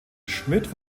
schmidt